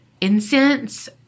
incense